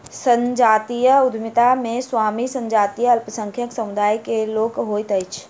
संजातीय उद्यमिता मे स्वामी संजातीय अल्पसंख्यक समुदाय के लोक होइत अछि